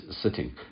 sitting